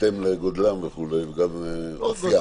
בהתאם לגודלם וכו' וגם אופיים.